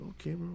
okay